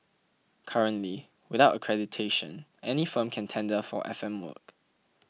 currently without accreditation any firm can tender for F M work